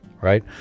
Right